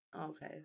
Okay